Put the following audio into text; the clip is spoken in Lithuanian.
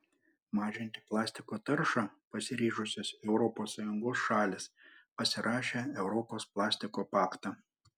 mažinti plastiko taršą pasiryžusios europos sąjungos šalys pasirašė europos plastiko paktą